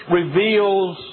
reveals